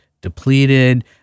depleted